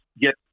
get